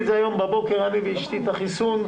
הבוקר עשינו אני ואשתי את החיסון,